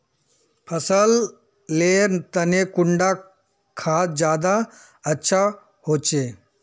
फसल लेर तने कुंडा खाद ज्यादा अच्छा होचे?